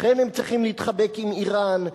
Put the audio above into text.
לכן הם צריכים להתחבק עם אירן,